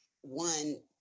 one